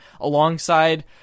alongside